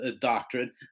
doctrine